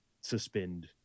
suspend –